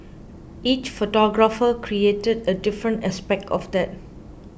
each photographer created a different aspect of that